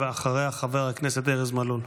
אחריה, חבר הכנסת ארז מלול.